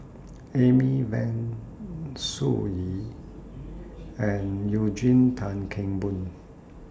Amy Van Sun Yee and Eugene Tan Kheng Boon